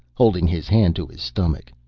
holding his hand to his stomach.